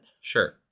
Sure